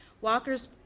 Walker's